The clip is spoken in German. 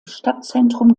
stadtzentrum